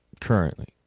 currently